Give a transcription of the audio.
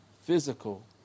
physical